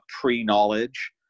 pre-knowledge